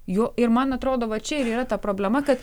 jo ir man atrodo va čia ir yra ta problema kad